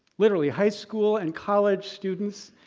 literally, high school and college students,